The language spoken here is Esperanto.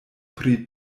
pri